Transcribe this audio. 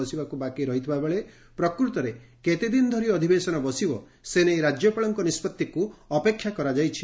ର ରହିଥିବାବେଳେ ପ୍ରକୃତରେ କେତେ ଦିନ ଧରି ଅଧବବେଶନ ବସିବ ସେନେଇ ରାଜ୍ୟପାଳଙ୍କ ନିଷ୍ବତ୍ତିକୁ ଅପେକ୍ଷା କରାଯାଇଛି